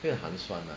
会寒酸 lah